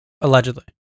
Allegedly